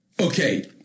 Okay